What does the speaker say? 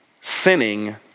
Sinning